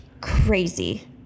Crazy